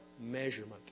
measurement